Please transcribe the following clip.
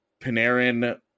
Panarin